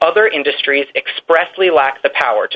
other industries expressly lack the power to